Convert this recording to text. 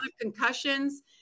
concussions